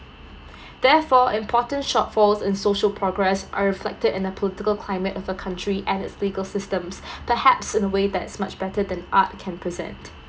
therefore important shortfalls in social progress are reflected in a political climate of a country and it's legal systems perhaps in a way that is much better than art can present